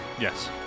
Yes